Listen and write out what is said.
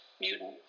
mutant